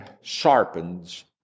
sharpens